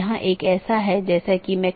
तो यह कुछ सूचित करने जैसा है